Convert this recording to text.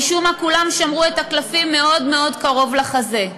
משום מה כולם שמרו את הקלפים מאוד מאוד קרוב לחזה.